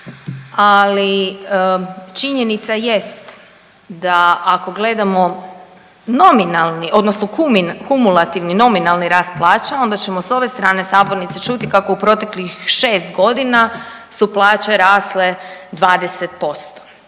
ali činjenica jest da ako gledamo nominalni odnosno kumulativni nominalni rast plaća, onda ćemo s ove strane sabornice čuti kako u proteklih 6 godina su plaće rasle 20%.